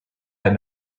had